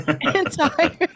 entire